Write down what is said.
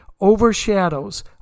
overshadows